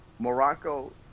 morocco